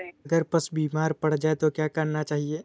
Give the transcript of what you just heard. अगर पशु बीमार पड़ जाय तो क्या करना चाहिए?